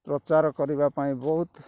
ପ୍ରଚାର କରିବା ପାଇଁ ବହୁତ